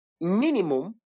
minimum